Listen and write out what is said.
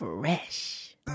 Fresh